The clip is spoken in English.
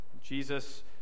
Jesus